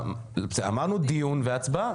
אמרנו דיון והצבעה.